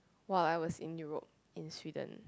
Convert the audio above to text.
while I was in Europe in Sweden